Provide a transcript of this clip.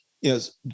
yes